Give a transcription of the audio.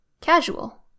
Casual